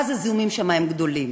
ואז הזיהומים שם הם רבים.